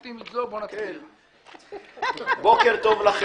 הח"כ המוביל ביותר בכל התחומים הנוגעים